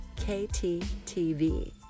KTTV